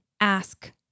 ask